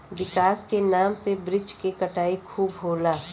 विकास के नाम पे वृक्ष के कटाई खूब होला